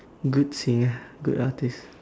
good singer good artist